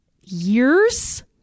years